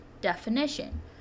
definition